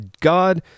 God